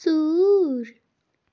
ژوٗر